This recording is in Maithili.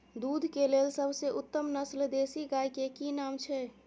दूध के लेल सबसे उत्तम नस्ल देसी गाय के की नाम छै?